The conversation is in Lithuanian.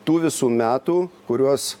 tų visų metų kuriuos